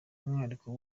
umwihariko